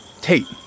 Tate